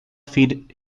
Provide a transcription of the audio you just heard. feed